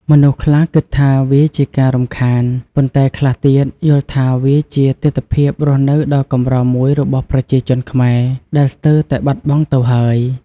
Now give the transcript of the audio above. មនុស្សខ្លះគិតថា វាជាការរំខាន ប៉ុន្តែខ្លះទៀត យល់ថាវាជាទិដ្ឋភាពរស់នៅដ៏កម្រមួយរបស់ប្រជាជនខ្មែរ ដែលស្ទើរតែបាត់បង់ទៅហើយ។